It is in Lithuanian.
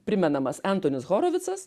primenamas entonis horovicas